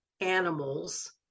animals